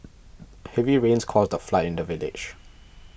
heavy rains caused a flood in the village